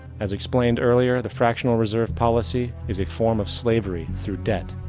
as explained earlier, the fractional reserve policy is a form of slavery through debt,